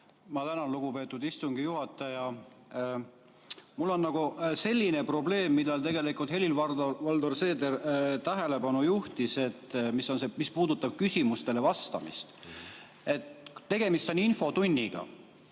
Ma tänan, lugupeetud istungi juhataja! Mul on selline probleem, millele tegelikult Helir-Valdor Seeder tähelepanu juhtis. See puudutab küsimustele vastamist. Tegemist on infotunniga